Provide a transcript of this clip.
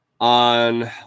On